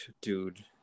dude